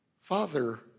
father